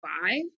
five